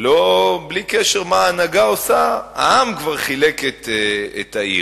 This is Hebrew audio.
בלי קשר מה ההנהגה עושה: העם כבר חילק את העיר.